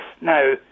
now